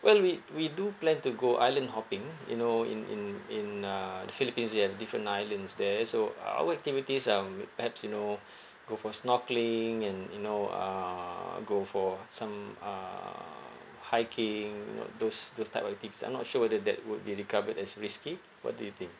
well we we do plan to go island hopping you know in in in uh the philippines they have different islands there so our activities um will perhaps you know go for snorkelling and you know uh go for some um hiking you know those those type of things I'm not sure that would be regarded as risky what do you think